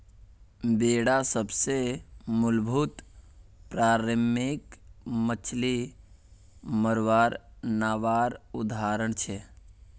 बेडा सबसे मूलभूत पारम्परिक मच्छ्ली मरवार नावर उदाहरण छे